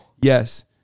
yes